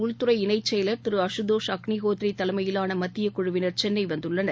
உள்துறை இணைச்செயலர் திருஅசுதோஷ் அக்ளிஹோத்ரிதலைமையிலானமத்தியக் இதற்காக குழுவினர் சென்னைவந்துள்ளனர்